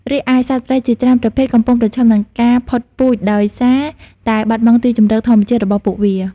រីឯសត្វព្រៃជាច្រើនប្រភេទកំពុងប្រឈមនឹងការផុតពូជដោយសារតែបាត់បង់ទីជម្រកធម្មជាតិរបស់ពួកវា។